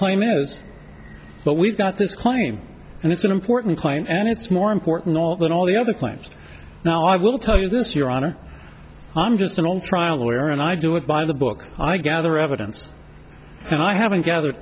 claim is but we've got this claim and it's an important claim and it's more important all than all the other claims now i will tell you this your honor i'm just an old trial lawyer and i do it by the book i gather evidence and i haven't gather